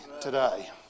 today